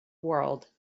world